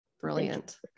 brilliant